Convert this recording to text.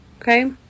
okay